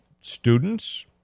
students